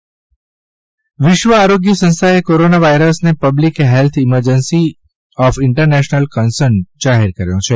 corona virus Valsad વિશ્વ આરોગ્ય સંસ્થાએ કોરોના વાયરસને public health emergency of international concern જાહેર કર્યો છે